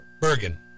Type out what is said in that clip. Bergen